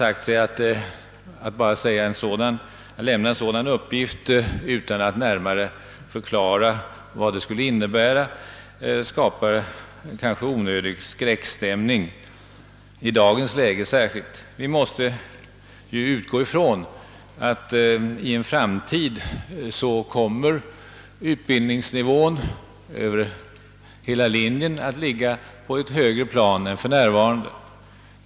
Att bara lämna en sådan uppgift utan att närmare förklara vad den innebär anser man skapar en kanske onödig skräckstämmning — särskilt i dagens läge. Vi måste utgå från att i en framtid kommer utbildningsnivån över hela linjen att ligga på ett högre plan än den gör för närvarande.